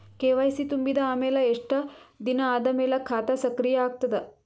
KYC ತುಂಬಿದ ಅಮೆಲ ಎಷ್ಟ ದಿನ ಆದ ಮೇಲ ಖಾತಾ ಸಕ್ರಿಯ ಅಗತದ?